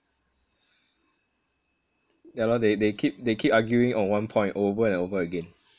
yah lor they they keep they keep arguing on one point over and over again